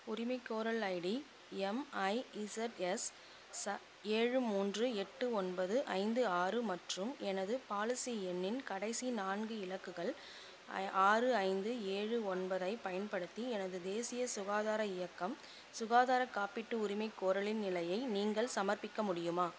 உரிமைகோரல் ID MIZS ச ஏழு மூன்று எட்டு ஒன்பது ஐந்து ஆறு மற்றும் எனது பாலிசி எண்ணின் கடைசி நான்கு இலக்குகள் ஆறு ஐந்து ஏழு ஒன்பதைப் பயன்படுத்தி எனது தேசிய சுகாதார இயக்கம் சுகாதார காப்பீட்டு உரிமைகோரலின் நிலையை நீங்கள் சமர்ப்பிக்க முடியுமா